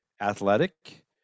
athletic